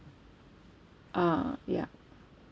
uh ya